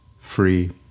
free